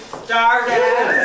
started